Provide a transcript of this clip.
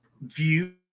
view